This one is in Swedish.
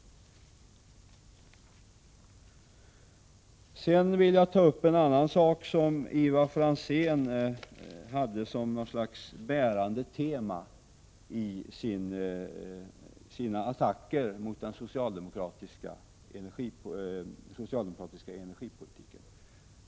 Jag vill också ta upp en annan sak, som Ivar Franzén hade såsom ett slags bärande tema i sina attacker mot den socialdemokratiska energipolitiken.